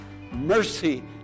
mercy